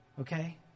Okay